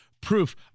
Proof